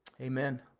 Amen